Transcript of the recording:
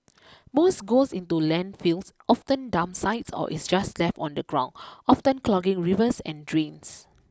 most goes into landfills often dump sites or is just left on the ground often clogging rivers and drains